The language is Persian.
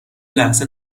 لحظه